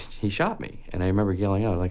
he shot me. and i remember yelling out, like,